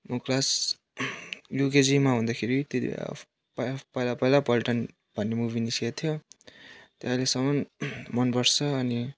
म क्लास युकेजीमा हुँदाखेरि त्यतिबेला अफ पायो पहिला पहिला पल्टन भन्ने मुभी निस्केको थियो त्यो अहिलेसम्म मनपर्छ अनि